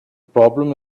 problem